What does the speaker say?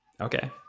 Okay